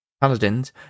Paladins